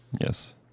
Yes